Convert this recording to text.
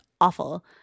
awful